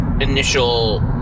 initial